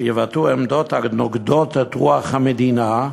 שיבטאו עמדות הנוגדות את רוח המדינה,